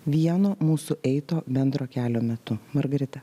vieno mūsų eito bendro kelio metu margarita